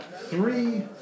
three